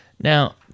Now